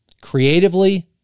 creatively